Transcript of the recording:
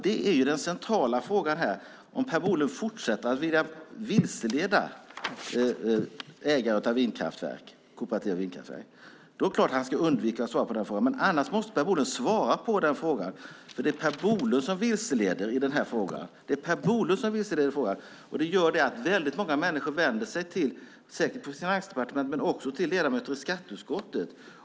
Det är den centrala frågan. Om Per Bolund vill fortsätta att vilseleda ägare av kooperativa vindkraftverk ska han förstås undvika att svara på frågan. Annars måste Per Bolund svara på frågan. Det är Per Bolund som vilseleder. Många människor vänder sig till Finansdepartementet och ledamöter av skatteutskottet.